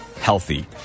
healthy